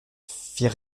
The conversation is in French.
fit